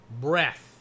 Breath